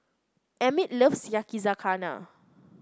Emmit loves Yakizakana